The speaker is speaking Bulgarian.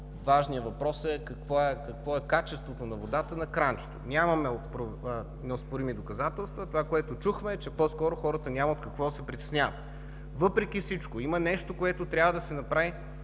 Важният въпрос е: какво е качеството на водата на кранчето? Нямаме неоспорими доказателства. Това, което чухме, е, че по-скоро хората няма от какво да се притесняват. Въпреки всичко има нещо, което трябва да се направи